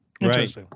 Right